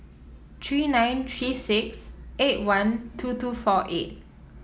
three nine three six eight one two two four eight